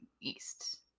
east